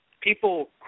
people